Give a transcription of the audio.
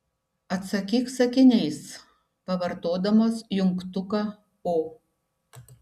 atsakyk sakiniais pavartodamas jungtuką o